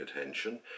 attention